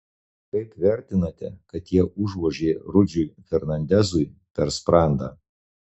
kaip vertinate kad jie užvožė rudžiui fernandezui per sprandą